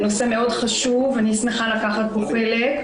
נושא חשוב מאוד ואני שמחה לקחת בו חלק.